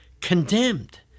condemned